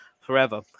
forever